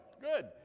good